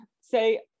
say